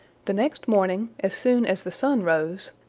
the next morning, as soon as the sun rose,